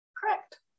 Correct